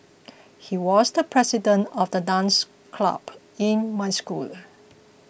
he was the president of the dance club in my school